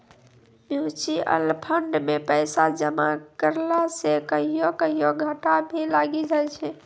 mutual fund मे पैसा जमा करला से कहियो कहियो घाटा भी लागी जाय छै